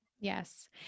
Yes